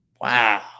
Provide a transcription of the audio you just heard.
Wow